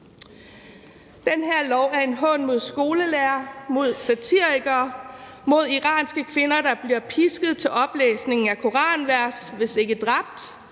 Den her lov er en hån mod skolelærere, mod satirikere, mod iranske kvinder, der bliver pisket til oplæsningen af koranvers, hvis ikke dræbt,